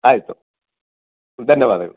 ಆಯಿತು ಧನ್ಯವಾದಗಳು